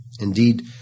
Indeed